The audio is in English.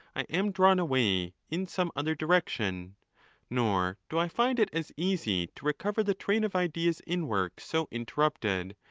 i am drawn away in some other direction nor do i find it as easy to recover the train of ideas in works, so interrupted,